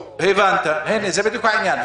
הבנת, זה בדיוק העניין.